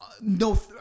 no